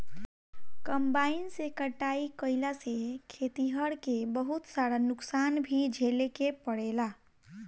combine से कटाई कईला से खेतिहर के बहुत सारा नुकसान भी झेले के पड़ेला